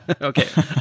Okay